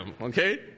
okay